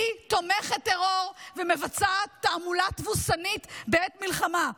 היא תומכת טרור ומבצעת תעמולה תבוסנית בעת מלחמה.